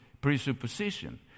presupposition